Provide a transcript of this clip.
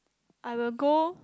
I will go